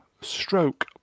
stroke